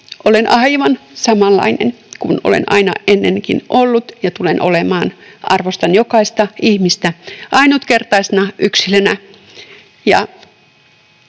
Olen aivan samanlainen kuin olen aina ennenkin ollut, ja tulen olemaan. Arvostan jokaista ihmistä ainutkertaisena yksilönä